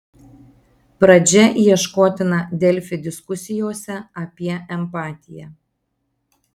pradžia ieškotina delfi diskusijose apie empatiją